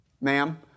ma'am